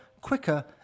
quicker